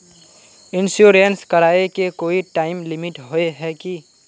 Insurance कराए के कोई टाइम लिमिट होय है की?